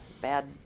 bad